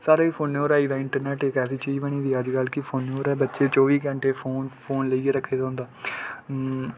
सारा किश फोनै पर ई आई ए दा इंटरनैट इक ऐसी चीज बनी एदी अज्ज की फोनै र चौह्बी घंटे फोन फोन लेइयै रक्खे दा होंदा